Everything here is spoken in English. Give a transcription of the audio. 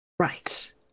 Right